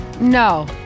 No